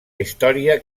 història